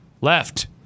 left